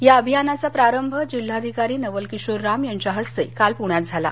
या अभियानाचा प्रारंभ जिल्हाधिकारी नवल किशोर राम यांच्या हस्ते काल पृण्यात झाला